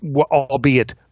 albeit